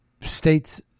States